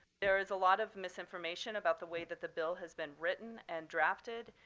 there is a lot of misinformation about the way that the bill has been written and drafted.